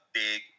big